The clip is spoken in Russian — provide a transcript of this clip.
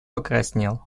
покраснел